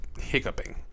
hiccuping